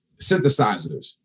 synthesizers